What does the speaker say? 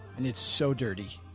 and it's so dirty.